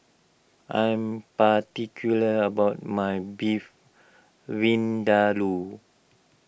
I am particular about my Beef Vindaloo